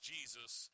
Jesus